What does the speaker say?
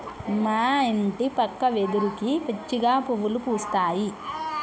మా ఇంటి పక్క వెదురుకి పిచ్చిగా పువ్వులు పూస్తాయి